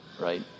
right